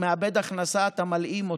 הוא מאבד הכנסה, ואתה מלאים אותו.